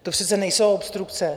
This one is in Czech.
To přece nejsou obstrukce.